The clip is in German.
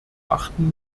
achten